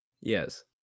Yes